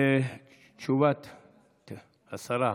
ותשובת השרה,